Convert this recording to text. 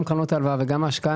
גם קרנות ההלוואה וגם ההשקעה,